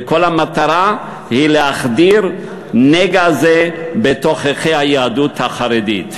וכל המטרה היא להחדיר נגע זה בתוככי היהדות החרדית.